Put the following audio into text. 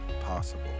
possible